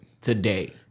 today